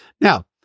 Now